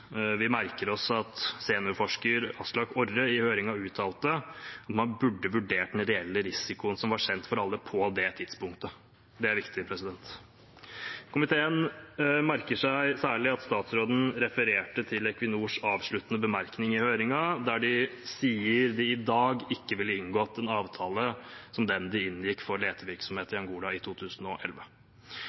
vi merker oss at seniorforsker Aslak Orre i høringen uttalte at «man burde ha vurdert den reelle risikoen som var kjent for alle på det tidspunktet». Det er viktig. Komiteen merker seg særlig at statsråden refererte til Equinors avsluttende bemerkning i høringen, der de sier de i dag ikke ville inngått en avtale som den de inngikk for letevirksomhet i Angola i 2011.